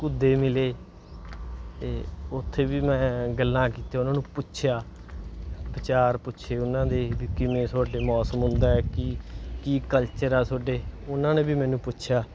ਘੁੱਦੇ ਮਿਲੇ ਅਤੇ ਉੱਥੇ ਵੀ ਮੈਂ ਗੱਲਾਂ ਕੀਤੀਆਂ ਉਹਨਾਂ ਨੂੰ ਪੁੱਛਿਆ ਵਿਚਾਰ ਪੁੱਛੇ ਉਹਨਾਂ ਦੇ ਵੀ ਕਿਵੇਂ ਤੁਹਾਡੇ ਮੌਸਮ ਹੁੰਦਾ ਕੀ ਕੀ ਕਲਚਰ ਆ ਤੁਹਾਡੇ ਉਹਨਾਂ ਨੇ ਵੀ ਮੈਨੂੰ ਪੁੱਛਿਆ